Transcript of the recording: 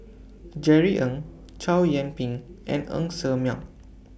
Jerry Ng Chow Yian Ping and Ng Ser Miang